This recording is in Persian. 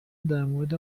درمورد